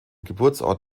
geburtsort